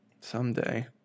Someday